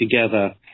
together